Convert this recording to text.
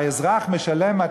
האזרח משלם,